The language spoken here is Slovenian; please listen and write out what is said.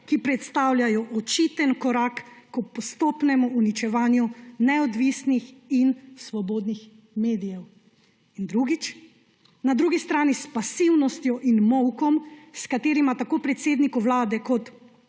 ki predstavljajo očiten korak k postopnemu uničevanju neodvisnih in svobodnih medijev. In drugič, na drugi strani s pasivnostjo in molkom, s katerima tako predsedniku Vlade kot